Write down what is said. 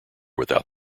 without